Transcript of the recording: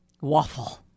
Waffle